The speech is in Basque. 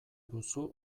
duzu